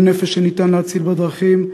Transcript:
כל נפש שניתן להציל בדרכים,